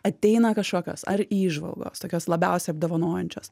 ateina kažkokios ar įžvalgos tokios labiausiai apdovanojančios